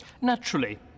Naturally